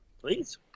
Please